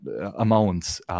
amounts